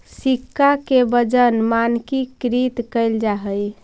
सिक्का के वजन मानकीकृत कैल जा हई